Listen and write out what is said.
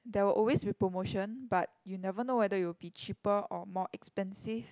there will always be promotion but you never know whether it will be cheaper or more expensive